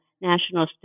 national